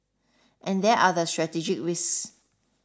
and there are the strategic risks